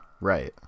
right